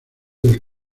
del